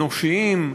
אנושיים,